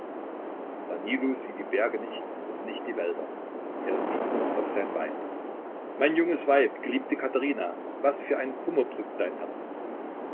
danilo sieht die berge nicht und nicht die wälder er sieht nur auf sein weib mein junges weib geliebte katherina was für ein kummer drückt dein herz